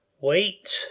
wait